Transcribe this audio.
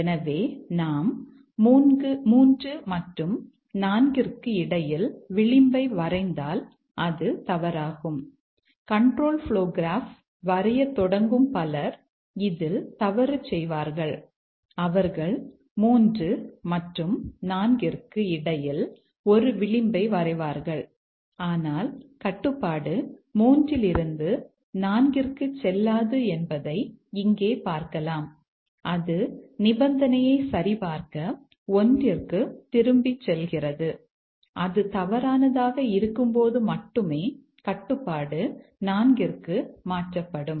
எனவே நாம் 3 மற்றும் 4 க்கு இடையில் விளிம்பை வரைந்தால் அது தவறாகும் கண்ட்ரோல் ப்ளோ கிராப் வரையத் தொடங்கும் பலர் இதில் தவறு செய்வார்கள் அவர்கள் 3 மற்றும் 4 க்கு இடையில் ஒரு விளிம்பை வரைவார்கள் ஆனால் கட்டுப்பாடு 3 ல் இருந்து 4 ற்கு செல்லாது என்பதை இங்கே பார்க்கலாம் அது நிபந்தனையை சரிபார்க்க 1 க்குத் திரும்பிச் செல்கிறது அது தவறானதாக இருக்கும்போது மட்டுமே கட்டுப்பாடு 4 க்கு மாற்றப்படும்